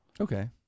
Okay